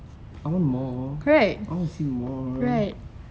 I want more I want to see more